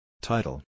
Title